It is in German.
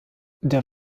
der